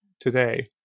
today